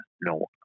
No